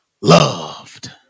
loved